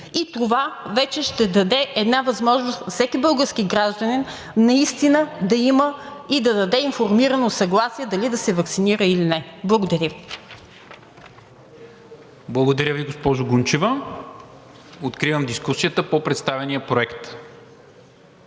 и това вече ще даде една възможност всеки български гражданин наистина да има и да даде информирано съгласие дали да се ваксинира или не. Благодаря Ви. ПРЕДСЕДАТЕЛ НИКОЛА МИНЧЕВ: Благодаря Ви, госпожо Гунчева. Откривам дискусията по представения проект.